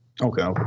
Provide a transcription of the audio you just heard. Okay